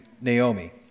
Naomi